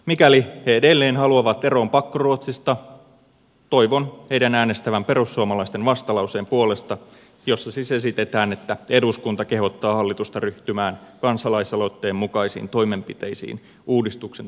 mikäli he edelleen haluavat eroon pakkoruotsista toivon heidän äänestävän perussuomalaisten vastalauseen puolesta jossa siis esitetään että eduskunta kehottaa hallitusta ryhtymään kansalaisaloitteen mukaisiin toimenpiteisiin uudistuksen toteuttamiseksi